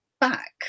back